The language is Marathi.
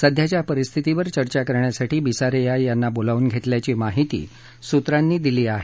सध्याच्या परिस्थितीवर चर्चा करण्यासाठी बिसारिया यांना बोलावून घेतल्याची माहिती सूत्रांनी दिली आहे